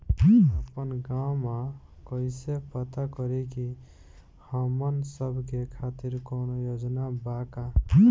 आपन गाँव म कइसे पता करि की हमन सब के खातिर कौनो योजना बा का?